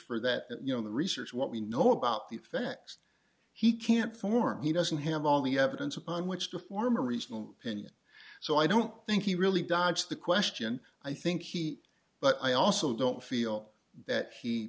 for that you know the research what we know about the facts he can't form he doesn't have all the evidence upon which to form a regional opinion so i don't think he really dodged the question i think he but i also don't feel that he